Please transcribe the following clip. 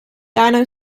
dino